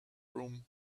room